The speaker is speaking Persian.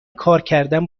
کارکردن